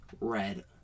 red